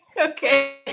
okay